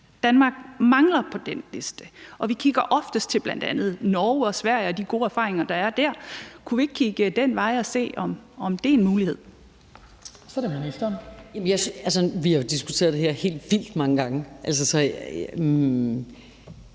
Danmark mangler på den liste. Vi kigger ofte til bl.a. Norge og Sverige og de gode erfaringer, der er der; kunne vi ikke kigge den vej og se, om det er en mulighed? Kl. 18:36 Den fg. formand (Hans Kristian